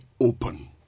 open